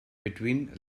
between